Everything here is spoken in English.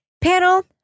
Panel